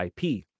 IP